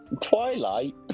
Twilight